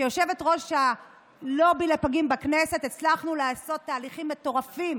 כיושבת-ראש הלובי לפגים בכנסת הצלחנו לעשות תהליכים מטורפים: